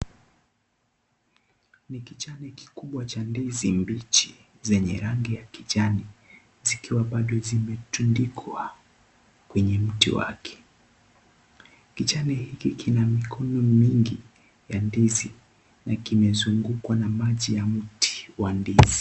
Ni kijani kikubwa cha ndizi mbichi zenye rangi ya kijani zikiwa bado zimetundikwa kwenye mti wake. Kijani hiki kina mikono mingi ya ndizi na kimezungukwa na maji wa mti wa ndizi.